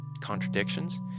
contradictions